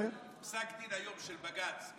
פסק דין היום של בג"ץ.